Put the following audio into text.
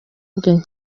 bwe